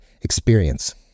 experience